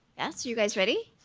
yes, you guys ready?